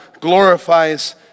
glorifies